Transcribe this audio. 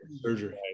surgery